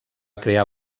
crear